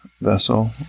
vessel